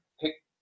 pick